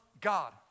God